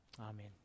amen